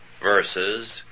verses